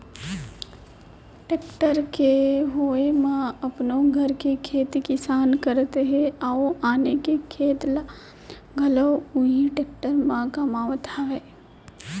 tractor के होय म अपनो घर के खेती किसानी करत हें अउ आने के खेत ल घलौ उही टेक्टर म कमावत हावयँ